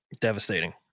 Devastating